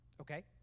okay